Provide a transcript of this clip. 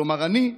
כלומר אני,